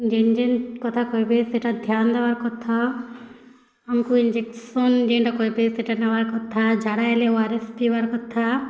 ଯିନ୍ ଯିନ୍ କଥା କହିବେ ସେଟା ଧ୍ୟାନ୍ ଦେବାର କଥା ଆମ୍କୁ ଇଞ୍ଜେକ୍ସନ୍ ଯେଉଁଟା କହିବେ ସେଟା ନବାର କଥା ଝାଡ଼ା ହେଲେ ଓ ଆର୍ ଏସ୍ ପିଇବାର କଥା